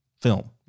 film